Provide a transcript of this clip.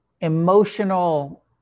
emotional